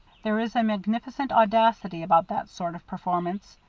there is a magnificent audacity about that sort of performance.